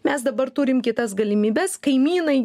mes dabar turim kitas galimybes kaimynai